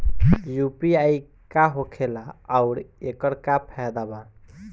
UPI का होखेला आउर एकर का फायदा बा?